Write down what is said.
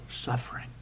suffering